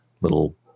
little